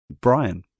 Brian